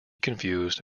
confused